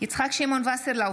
יצחק שמעון וסרלאוף,